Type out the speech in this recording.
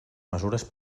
mesures